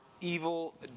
evil